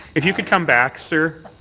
if you could come back, sir.